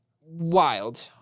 wild